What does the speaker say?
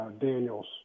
Daniels